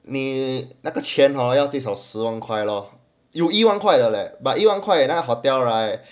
你那个钱哦只少十万块 lor 有一万块的 leh but 那个 hotel right